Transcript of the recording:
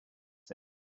said